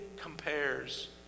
compares